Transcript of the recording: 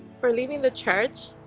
for leaving the church,